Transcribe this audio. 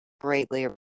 Greatly